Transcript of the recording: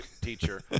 teacher